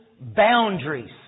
boundaries